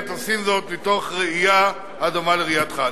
עושים זאת מתוך ראייה הדומה לראייתך.